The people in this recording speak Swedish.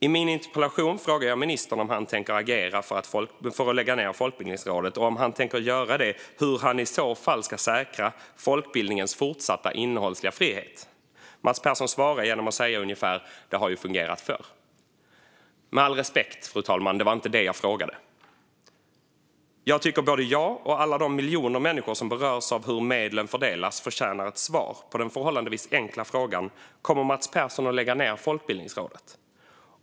I min interpellation frågade jag ministern om han tänker agera för att lägga ned Folkbildningsrådet och hur han i så fall - om han tänker göra det - ska säkra folkbildningens fortsatta innehållsliga frihet. Mats Persson svarade genom att säga ungefär: Det har ju fungerat förr. Med all respekt, fru talman: Det var inte det jag frågade. Jag tycker att både jag och alla de miljoner människor som berörs av hur medlen fördelas förtjänar ett svar på den förhållandevis enkla frågan: Kommer Mats Persson att lägga ned Folkbildningsrådet?